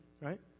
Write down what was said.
right